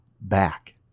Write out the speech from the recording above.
back